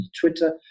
Twitter